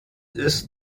ist